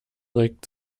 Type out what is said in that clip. regt